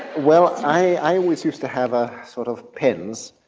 well, i always used to have ah sort of pens.